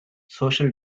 social